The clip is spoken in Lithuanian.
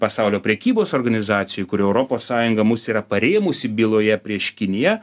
pasaulio prekybos organizacijoj kuriu europos sąjunga mus yra parėmusi byloje prieš kiniją